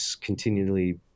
continually